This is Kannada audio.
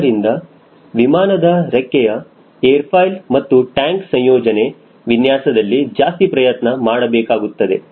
ಆದ್ದರಿಂದ ವಿಮಾನದ ರೆಕ್ಕೆಯ ಏರ್ ಫಾಯ್ಲ್ ಮತ್ತುಟ್ಯಾಂಕ್ ಸಂಯೋಜನೆ ವಿನ್ಯಾಸದಲ್ಲಿ ಜಾಸ್ತಿ ಪ್ರಯತ್ನ ಮಾಡಬೇಕಾಗುತ್ತದೆ